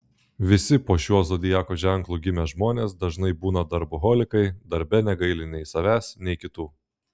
visi po šiuo zodiako ženklu gimę žmonės dažnai būna darboholikai darbe negaili nei savęs nei kitų